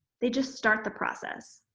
they just start the process.